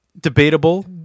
Debatable